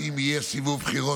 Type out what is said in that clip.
אם יהיה סיבוב בחירות שני,